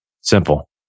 Simple